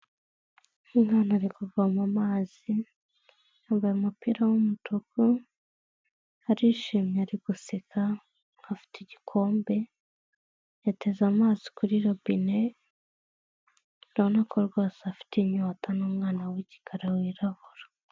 Umwana ari kuvoma amazi yambaye umupira w'umutuku arishimye ari guseka afite igikombe yateze amaso kuri lobine uraboona ko rwose afite inyota n'umwana w'igikara wirabura.